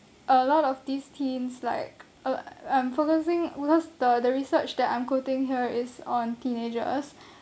a lot of these teens like a I'm focusing because the the research that I'm quoting here is on teenagers